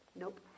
Nope